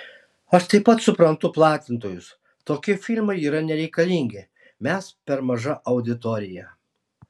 aš taip pat suprantu platintojus tokie filmai yra nereikalingi mes per maža auditorija